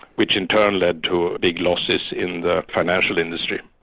which in turn led to big losses in the financial industry.